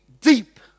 deep